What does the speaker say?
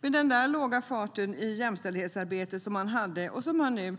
Med den låga fart i jämställdhetsarbetet som man hade och genom att nu